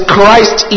Christ